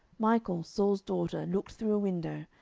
michal saul's daughter looked through a window,